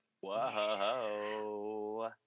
Whoa